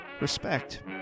Respect